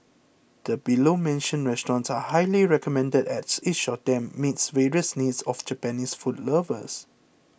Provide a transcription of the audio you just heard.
the below mentioned restaurants are highly recommended as each of them meets various needs of Japanese food lovers